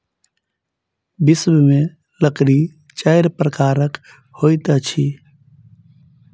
विश्व में लकड़ी चाइर प्रकारक होइत अछि